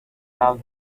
out